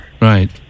right